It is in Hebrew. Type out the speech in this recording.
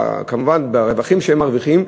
כמובן בין הרווחים שהם מרוויחים,